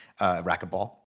racquetball